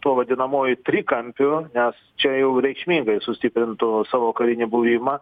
tuo vadinamuoju trikampiu nes čia jau reikšmingai sustiprintų savo karinį buvimą